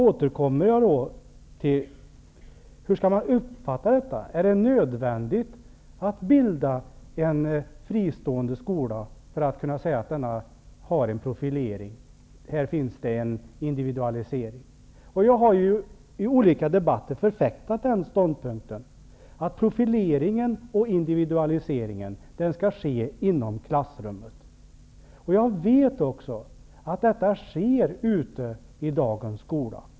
Är det nödvändigt att en skola är fristående för att man skall kunna säga att den har en profilering eller är individualiserad. Jag har i olika debatter förfäktat den ståndpunkten, att profileringen och individualiseringen skall ske inom klassrummet. Jag vet också att så sker i dagens skola.